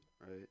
right